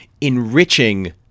enriching